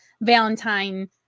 Valentine